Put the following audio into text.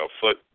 foot